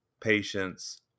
patience